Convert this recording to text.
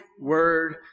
word